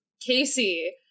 casey